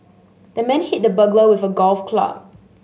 the man hit the burglar with a golf club